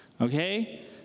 okay